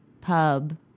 pub